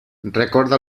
recorda